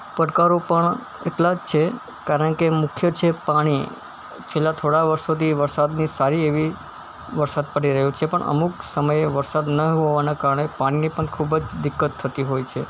પડકારો પણ એટલાં જ છે કારણ કે મુખ્ય છે પાણી છેલ્લા થોડાં વર્ષોથી વરસાદની સારી એવી વરસાદ પડી રહ્યો છે પણ અમુક સમયે વરસાદ ન હોવાનાં કારણે પાણીની ખૂબ જ દિક્કત થતી હોય છે